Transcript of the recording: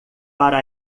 para